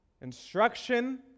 instruction